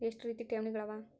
ಎಷ್ಟ ರೇತಿ ಠೇವಣಿಗಳ ಅವ?